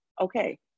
okay